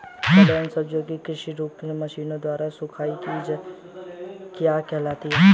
फलों एवं सब्जियों के कृत्रिम रूप से मशीनों द्वारा सुखाने की क्रिया क्या कहलाती है?